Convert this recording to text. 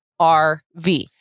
RV